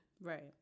Right